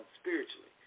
spiritually